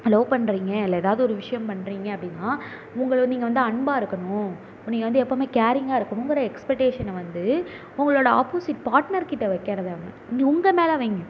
love பண்ணுறீங்க இல்லை ஏதாவது ஒரு விஷயம் பண்ணுறீங்க அப்படின்னா உங்களை நீங்கள் வந்து அன்பாக இருக்கணும் இப்போ நீங்கள் வந்து எப்போதுமே கேரிங்காக இருக்கணுங்கிற எக்ஸ்பெக்டேஷனை வந்து உங்களோடய ஆப்போசிட் பார்ட்னர் கிட்டே வைக்கிறத வந்து நீங்கள் உங்கள் மேலே வையுங்க